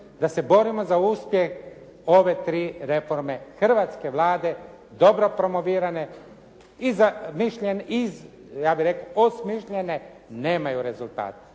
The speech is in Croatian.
da se borimo za uspjeh ove tri reforme hrvatske Vlade dobro promovirane i ja bih rekao post mišljenje nemaju rezultat